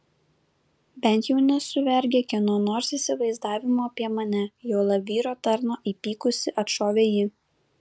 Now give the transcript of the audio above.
bent jau nesu vergė kieno nors įsivaizdavimo apie mane juolab vyro tarno įpykusi atšovė ji